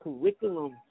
curriculum